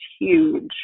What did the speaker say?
huge